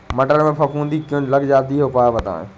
मटर में फफूंदी क्यो लग जाती है उपाय बताएं?